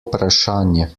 vprašanje